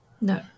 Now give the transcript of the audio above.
No